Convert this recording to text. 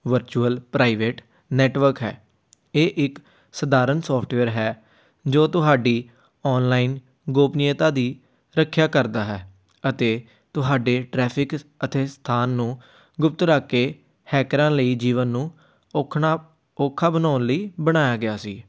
virtual private network ਹੈ ਇਹ ਇੱਕ ਸਧਾਰਨ ਸੋਫਟਵੇਅਰ ਹੈ ਜੋ ਤੁਹਾਡੀ ਔਨਲਾਈਨ ਗੋਪਨੀਅਤਾ ਦੀ ਰੱਖਿਆ ਕਰਦਾ ਹੈ ਅਤੇ ਤੁਹਾਡੇ ਟ੍ਰੈਫਿਕ ਅਤੇ ਸਥਾਨ ਨੂੰ ਗੁਪਤ ਰੱਖ ਕੇ ਹੈਕਰਾਂ ਲਈ ਜੀਵਨ ਨੂੰ ਔਖਣਾ ਔਖਾ ਬਣਾਉਣ ਲਈ ਬਣਾਇਆ ਗਿਆ ਸੀ